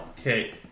Okay